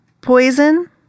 poison